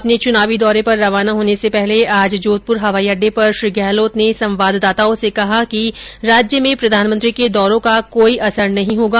अपने चुनावी दौरे पर रवाना होने से पहले आज जोधपुर हवाई अड़डे पर श्री गहलोत ने संवाददाताओं से कहा कि राज्य में प्रधानमंत्री के दौरो का कोई असर नहीं होगा